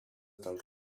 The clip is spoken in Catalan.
del